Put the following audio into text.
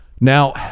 now